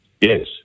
Yes